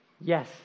Yes